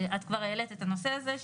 את כבר העלית את הנושא הזה,